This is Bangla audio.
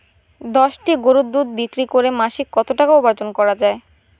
দশটি গরুর দুধ বিক্রি করে মাসিক কত টাকা উপার্জন করা য়ায়?